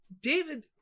David